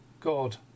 God